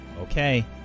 Okay